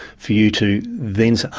for you to then,